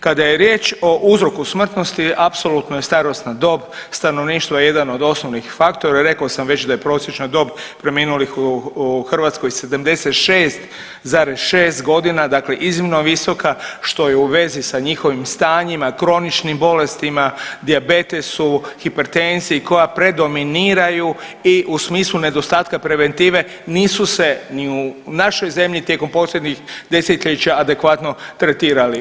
Kada je riječ o uzroku smrtnosti apsolutno je starosna dob stanovništva jedan od osnovnih faktora, rekao sam već da je prosječna dob preminulih u Hrvatskoj 76,6.g., dakle iznimno visoka, što je u vezi sa njihovim stanjima, kroničnim bolestima, dijabetesu, hipertenziji koja predominiraju i u smislu nedostatka preventive nisu se ni u našoj zemlji tijekom posljednjih 10-ljeća adekvatno tretirali.